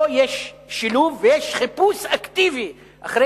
פה יש שילוב ויש חיפוש אקטיבי אחרי